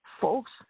Folks